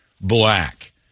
black